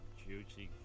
juicy